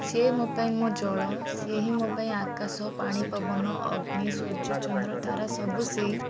ସିଏ ମୋ ପାଇଁ ମୋ ଜଳ ସିଏ ହିଁ ମୋ ପାଇଁ ଆକାଶ ପାଣି ପବନ ଅଗ୍ନି ସୂର୍ଯ୍ୟ ଚନ୍ଦ୍ର ତାରା ସବୁ ସେଇ